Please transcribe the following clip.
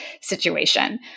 situation